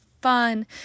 fun